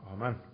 Amen